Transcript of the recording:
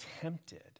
tempted